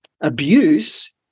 abuse